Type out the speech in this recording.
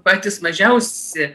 patys mažiausi